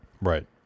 Right